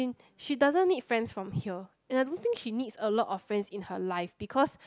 she doesn't need friends from here and I don't think she needs a lot of friends in her life because